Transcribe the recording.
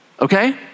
okay